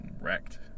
wrecked